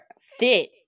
fit